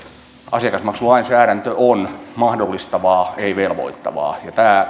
asiakasmaksulainsäädäntö on mahdollistavaa ei velvoittavaa ja tämä